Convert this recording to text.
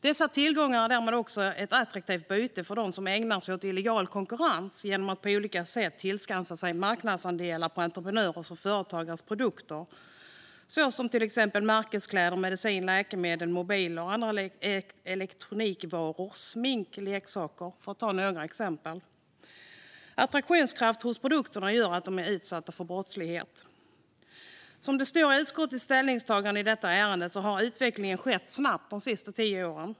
Dessa tillgångar är därmed också ett attraktivt byte för dem som ägnar sig åt illegal konkurrens genom att på olika sätt tillskansa sig marknadsandelar för entreprenörers och företags produkter, till exempel märkeskläder, mediciner eller läkemedel, mobiler och andra elektronikvaror, smink och leksaker. Attraktionskraften hos produkterna gör att de är utsatta för brottslighet. Som det står i utskottets ställningstagande i detta ärende har utvecklingen skett snabbt de senaste tio åren.